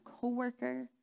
co-worker